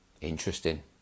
Interesting